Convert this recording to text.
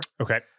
Okay